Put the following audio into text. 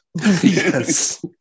Yes